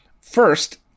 First